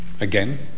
Again